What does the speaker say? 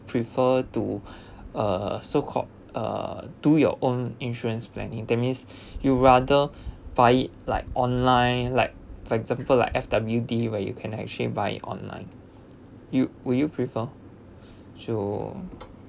prefer to uh so called uh do your own insurance planning that's mean you rather find it like online like for example like F_W_D where you can actually buy it online you would you prefer to